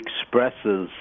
expresses